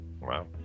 Wow